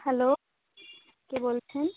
hello কে বলছেন